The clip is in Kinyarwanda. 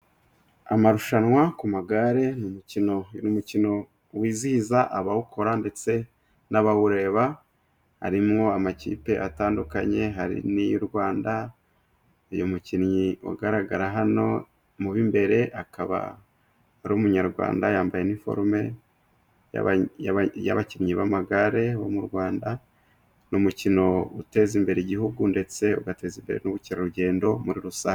Amarushanwa ku magare mu mukino uyu umukino wizihiza abawukora ndetse n'abawureba harimo amakipe atandukanye hari n'iy'u Rwanda. Uyu mukinnyi ugaragara hano mu b'imbere akaba arI Umunyarwanda yambaye iniforume yabakinnyi b'amagare bo mu Rwanda. Ni umukino uteza imbere igihugu ndetse ugateza imbere n'ubukerarugendo muri rusange.